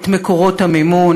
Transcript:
את מקורות המימון,